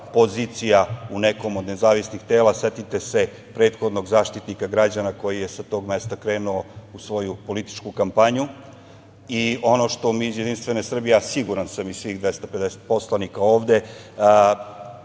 pozicija u nekom od nezavisnih tela. Setite se prethodnog zaštitnika građana koji je sa tog mesta krenuo u svoju političku kampanju. Ono što mi iz JS, a siguran sam i svih 250 poslanika ovde